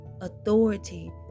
authority